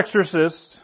exorcists